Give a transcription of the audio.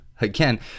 again